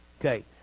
Okay